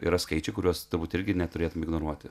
yra skaičiai kuriuos turbūt irgi neturėtum ignoruoti